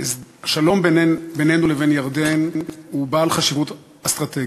השלום בינינו לבין ירדן הוא בעל חשיבות אסטרטגית.